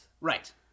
Right